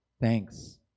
Thanks